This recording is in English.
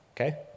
okay